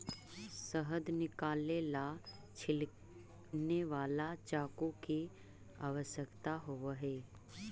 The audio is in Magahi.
शहद निकाले ला छिलने वाला चाकू की आवश्यकता होवअ हई